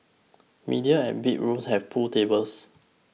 medium and big rooms have pool tables